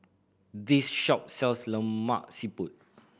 this shop sells Lemak Siput